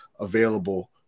Available